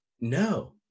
No